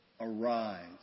arise